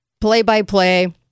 play-by-play